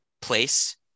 place